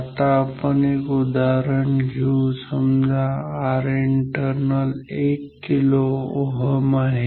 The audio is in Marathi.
आता आपण एक उदाहरण घेऊ समजा Rinternal 1 kΩ आहे ठीक आहे